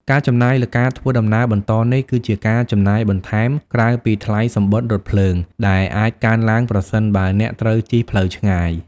ការចំណាយលើការធ្វើដំណើរបន្តនេះ គឺជាការចំណាយបន្ថែមក្រៅពីថ្លៃសំបុត្ររថភ្លើង ដែលអាចកើនឡើងប្រសិនបើអ្នកត្រូវជិះផ្លូវឆ្ងាយ។